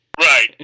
Right